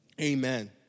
Amen